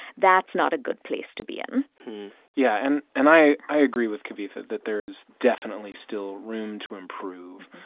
that's not a good place to be in yeah. and and i i agree with kavitha that there is definitely still room to improve.